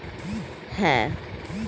বর্তমান জিনিসের মূল্য হল প্রেসেন্ট ভেল্যু